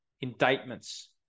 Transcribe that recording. indictments